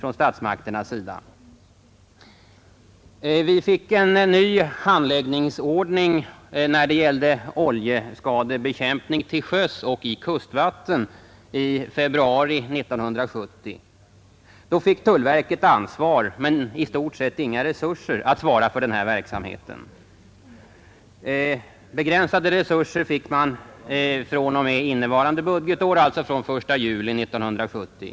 Vi fick en ny handläggningsordning när det gällde oljeskadebekämpning till sjöss och i kustvatten i februari 1970. Då fick tullverket ansvaret men i stort sett inga resurser för den här verksamheten. Begränsade resurser fick man fr.o.m. innevarande budgetår, alltså från den 1 juli 1970.